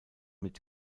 mit